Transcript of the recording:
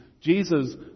Jesus